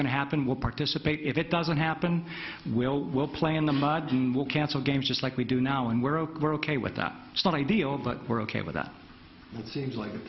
going to happen will participate if it doesn't happen will we'll play in the mud and will cancel games just like we do now and we're ok we're ok with that it's not ideal but we're ok with that what seems like